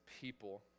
people